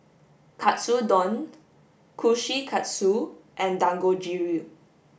Katsudon Kushikatsu and Dangojiru